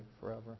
forever